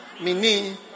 mini